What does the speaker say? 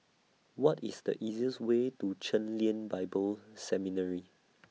What IS The easiest Way to Chen Lien Bible Seminary